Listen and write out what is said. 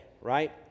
right